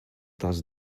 does